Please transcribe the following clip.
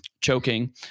choking